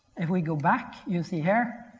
if we go back you see here.